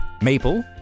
maple